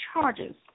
charges